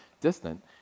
distant